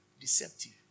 Deceptive